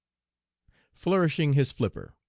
flourishing his flipper.